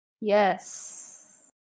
Yes